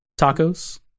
Tacos